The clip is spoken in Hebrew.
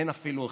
אין אפילו אחד.